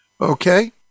Okay